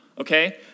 okay